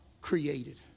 created